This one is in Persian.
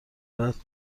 بعد